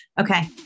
Okay